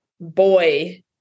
boy